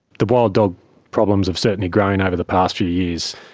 the wild dog problems have certainly grown over the past few years.